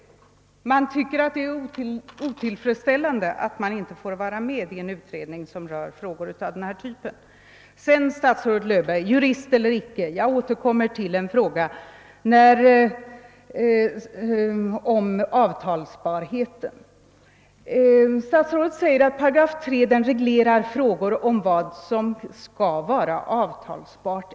Såvitt jag vet tycker man att det är otillfredsställande att man inte får vara med i en utredning .som rör frågor av den här typen. Jurist eller icke — jag återkommer till en fråga om avtalbarheten. Statsrådet säger att 8 3 reglerar vad som skall vara avtalbart.